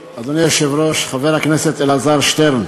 היושב-ראש, חבר הכנסת אלעזר שטרן,